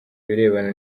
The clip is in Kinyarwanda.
birebana